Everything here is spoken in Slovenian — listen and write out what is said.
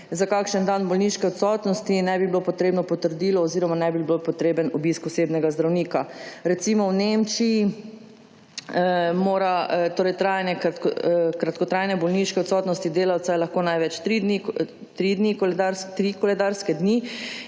za kakšen dan bolniške odsotnosti, in ne bi bilo potrebno potrdilo oziroma ne bi bil potreben obisk osebnega zdravnika. Recimo, v Nemčiji je trajanje kratkotrajne bolniške odsotnosti delavca največ tri koledarske dni,